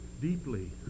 deeply